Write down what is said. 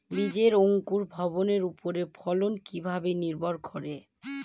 বীজের অঙ্কুর ভবনের ওপর ফলন কিভাবে নির্ভর করে?